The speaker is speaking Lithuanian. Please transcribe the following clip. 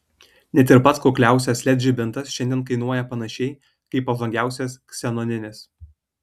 net ir pats kukliausias led žibintas šiandien kainuoja panašiai kaip pažangiausias ksenoninis